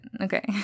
okay